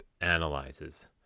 analyzes